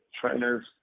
trainers